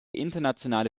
internationale